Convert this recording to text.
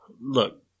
Look